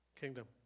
Kingdom